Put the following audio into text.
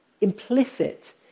implicit